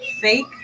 fake